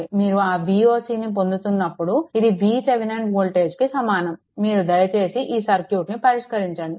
మీరు ఆ Vocను పొందుతున్నప్పుడు ఇది VThevenin వోల్టేజ్కి సమానం మీరు దయచేసి ఈ సర్క్యూట్ను పరిష్కరించండి